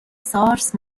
سارس